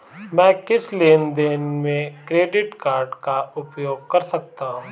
मैं किस लेनदेन में क्रेडिट कार्ड का उपयोग कर सकता हूं?